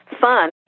fun